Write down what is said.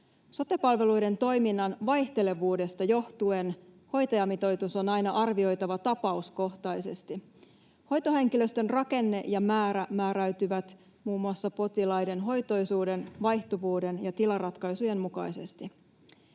Sote-palveluiden toiminnan vaihtelevuudesta johtuen hoitajamitoitus on aina arvioitava tapauskohtaisesti. Hoitohenkilöstön rakenne ja määrä määräytyvät muun muassa potilaiden hoitoisuuden, vaihtuvuuden ja tilaratkaisujen mukaisesti.